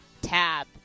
tab